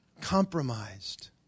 compromised